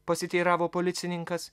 pasiteiravo policininkas